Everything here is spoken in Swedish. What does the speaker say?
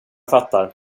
fattar